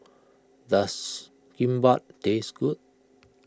does Kimbap taste good